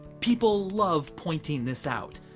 people love pointing this out.